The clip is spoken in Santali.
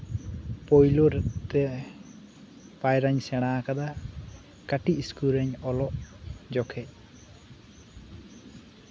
ᱯᱳᱭᱞᱳᱨ ᱛᱮ ᱯᱟᱭᱨᱟᱧ ᱥᱮᱬᱟ ᱟᱠᱟᱫᱟ ᱠᱟᱹᱴᱤᱡ ᱥᱠᱩᱞ ᱨᱤᱧ ᱚᱞᱚᱜ ᱡᱚᱠᱷᱮᱡ